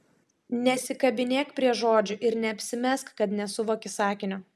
nesikabinėk prie žodžių ir neapsimesk kad nesuvoki sakinio